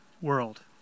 world